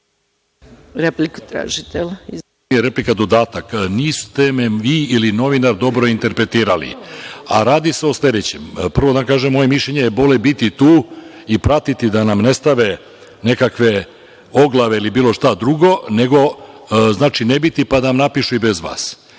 replika, dodatak. Niste me vi ili novinari dobro interpretirali. Radi se o sledećem. Prvo da kažem moje mišljenje je bolje biti tu i pratiti da nam ne stave nekakve oglave ili bilo šta drugo, nego znači, ne biti, pa da napišu i bez